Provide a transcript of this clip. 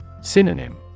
Synonym